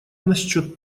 насчет